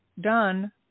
done